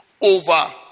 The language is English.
over